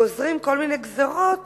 גוזרים כל מיני גזירות